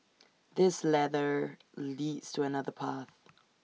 this ladder leads to another path